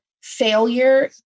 failure